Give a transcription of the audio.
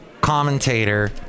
commentator